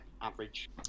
average